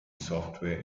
software